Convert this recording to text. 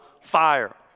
fire